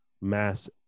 mass